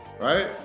right